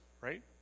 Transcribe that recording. right